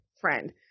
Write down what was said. friend